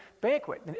banquet